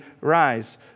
rise